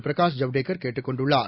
பிரகாஷ் ஜவ்டேகர் கேட்டுக் கொண்டுள்ளார்